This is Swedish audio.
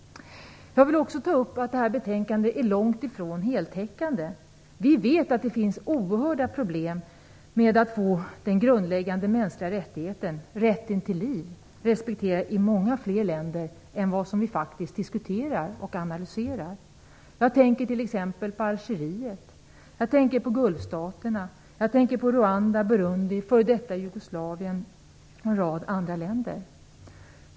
Det här betänkandet är långt ifrån heltäckande. Vi vet att det finns oerhörda problem med att få den grundläggande mänskliga rättigheten - rätten till liv - respekterad i många fler länder än dem som vi faktiskt diskuterar och analyserar. Jag tänker t.ex. på Algeriet, på Gulfstaterna, Rwanda, Burundi, f.d. Jugoslavien och en rad andra länder.